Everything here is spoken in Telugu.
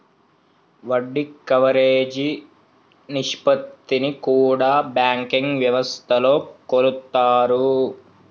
వడ్డీ కవరేజీ నిష్పత్తిని కూడా బ్యాంకింగ్ వ్యవస్థలో కొలుత్తారు